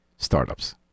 Startups